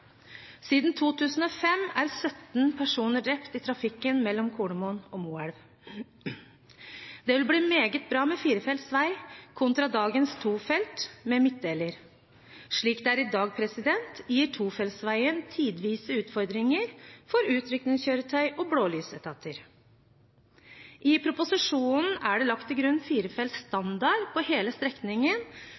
Siden 2005 er 17 personer drept i trafikken mellom Kolomoen og Moelv. Det vil bli meget bra med firefelts vei kontra dagens to felt med midtdeler. Slik det er i dag, gir tofeltsveien tidvis utfordringer for utrykningskjøretøy og blålysetater. I proposisjonen er det lagt til grunn firefelts standard på hele strekningen,